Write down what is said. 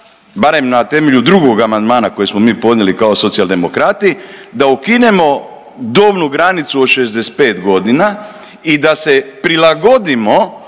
barem na temelju drugog amandmana koje smo mi podnijeli kao Socijaldemokrati da ukinemo dobnu granicu od 65 godina i da se prilagodimo